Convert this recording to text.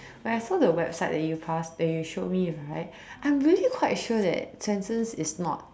when I saw the website that you pass where you showed me right I'm really quite sure that Swensen's is not